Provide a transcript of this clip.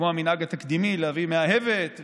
כמו המנהג התקדימי להביא מאהבת,